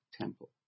temple